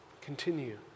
continue